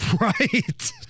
Right